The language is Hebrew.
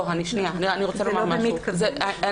זה לא במתכוון.